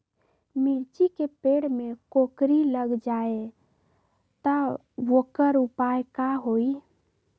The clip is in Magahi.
मिर्ची के पेड़ में कोकरी लग जाये त वोकर उपाय का होई?